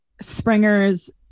Springer's